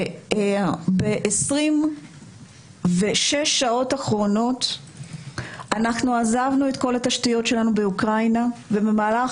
שב-26 השעות האחרונות עזבנו את כל התשתיות שלנו באוקראינה ובמהלך